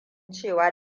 cewa